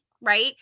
right